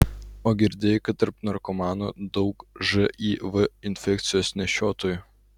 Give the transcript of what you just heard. o girdėjai kad tarp narkomanų daug živ infekcijos nešiotojų